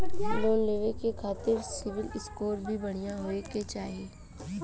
Loan लेवे के खातिन सिविल स्कोर भी बढ़िया होवें के चाही?